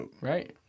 Right